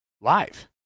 Live